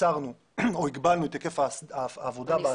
הגבלנו את היקף העבודה באסדה.